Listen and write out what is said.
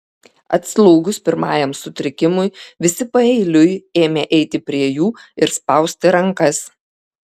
atslūgus pirmajam sutrikimui visi paeiliui ėmė eiti prie jų ir spausti rankas